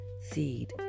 seed